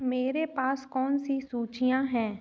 मेरे पास कौन सी सूचियाँ हैं